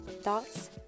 thoughts